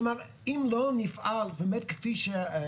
כלומר, אם לא נפעל, באמת כפי שהציעה